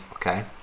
Okay